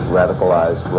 radicalized